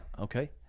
Okay